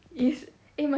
is eh my